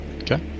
Okay